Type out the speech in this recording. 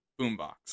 boombox